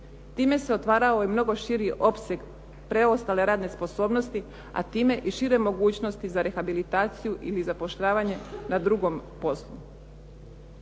Time se otvarao i mnogo širi opseg preostale radne sposobnosti, a time i šire mogućnosti za rehabilitaciju ili zapošljavanje na drugom poslu.